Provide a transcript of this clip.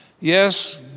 Yes